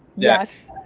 yes,